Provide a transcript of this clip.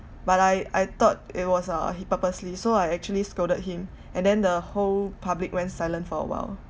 but I I thought it was uh he purposely so I actually scolded him and then the whole public went silent for a while